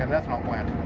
um ethanol plant.